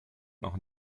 noch